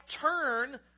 turn